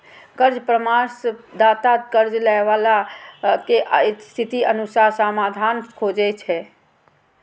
कर्ज परामर्शदाता कर्ज लैबला के स्थितिक अनुसार समाधान खोजै छै